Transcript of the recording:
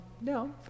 No